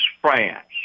France